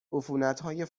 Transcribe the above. عفونتهای